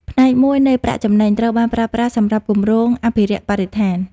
ផ្នែកមួយនៃប្រាក់ចំណេញ ត្រូវបានប្រើប្រាស់សម្រាប់គម្រោងអភិរក្សបរិស្ថាន។